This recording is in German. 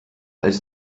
als